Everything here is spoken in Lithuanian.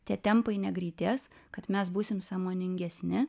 tie tempai negreitės kad mes būsim sąmoningesni